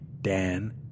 Dan